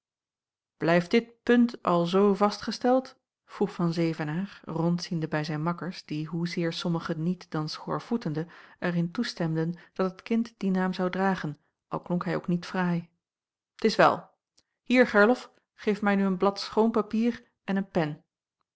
blijft dit punt alzoo vastgesteld vroeg an evenaer rondziende bij zijn makkers die hoezeer sommigen niet dan schoorvoetende er in toestemden dat het kind dien naam zou dragen al klonk hij ook niet fraai t is wel hier gerlof geef mij nu een blad schoon papier en een pen